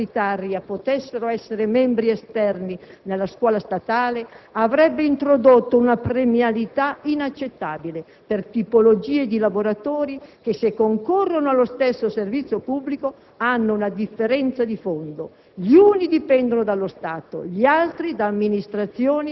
Per esempio, la proposta che anche i docenti della scuola paritaria potessero essere membri esterni nella scuola statale avrebbe introdotto una premialità inaccettabile per tipologie di lavoratori che, se concorrono allo stesso servizio pubblico, hanno una differenza di fondo: